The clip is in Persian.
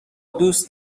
دوست